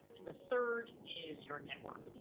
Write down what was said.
and the third is your network.